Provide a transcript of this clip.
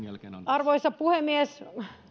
arvoisa puhemies